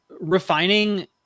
refining